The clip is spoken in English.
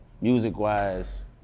music-wise